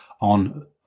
on